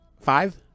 Five